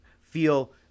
feel